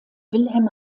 wilhelm